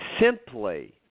simply